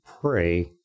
pray